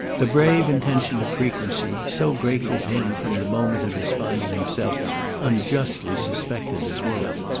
the brave intention of frequency, so great with him from the moment of his finding himself unjustly suspected at woollett,